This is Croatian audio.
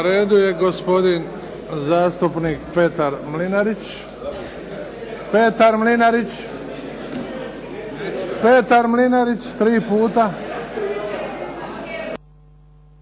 Na redu je gospodin zastupnik Petar Mlinarić. Petar Mlinarić! Petar Mlinarić! Tri puta.